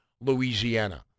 Louisiana